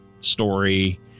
story